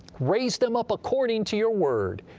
raise them up according to your word,